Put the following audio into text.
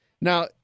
Now